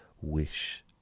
wish